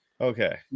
Okay